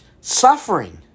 Suffering